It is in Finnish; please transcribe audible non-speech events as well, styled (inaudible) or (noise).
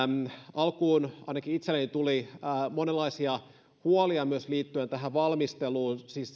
alkuun ainakin itselleni tuli monenlaisia huolia myös liittyen tähän valmisteluun siis (unintelligible)